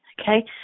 Okay